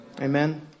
Amen